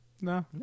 No